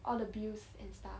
all the bills and stuff